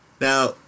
Now